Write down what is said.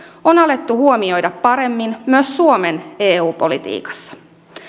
on alettu huomioida paremmin myös suomen eu politiikassa